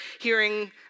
hearing